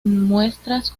muestras